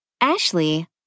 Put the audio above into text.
Ashley